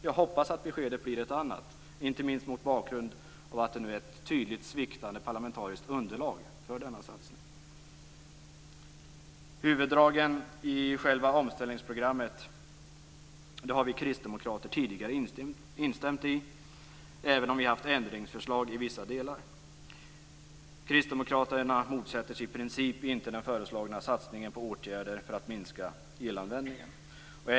Jag hoppas att beskedet blir ett annat, inte minst mot bakgrund av att det nu är ett tydligt sviktande parlamentariskt underlag för denna satsning. Huvuddragen i själva omställningsprogrammet har vi kristdemokrater tidigare instämt i, även om vi har haft ändringsförslag i vissa delar. Kristdemokraterna motsätter sig i princip inte den föreslagna satsningen på åtgärder för att minska elanvändningen.